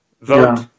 vote